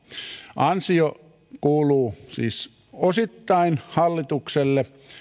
ansio kuuluu osittain hallitukselle